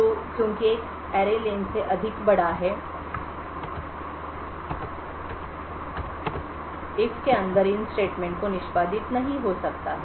तो क्योंकि X array len से अधिक बड़ा है if के अंदर इन स्टेटमेंट को निष्पादित नहीं हो सकता है